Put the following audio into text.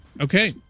okay